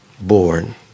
born